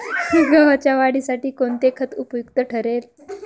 गव्हाच्या वाढीसाठी कोणते खत उपयुक्त ठरेल?